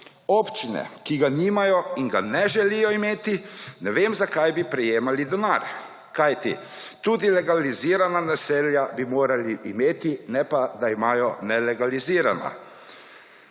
Občine, ki ga nimajo in ga ne želijo imeti, ne vem zakaj bi prejemali denar, kajti tudi legalizirana naselja bi morali imeti ne pa, da imajo nelegalizirana.